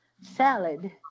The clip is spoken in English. salad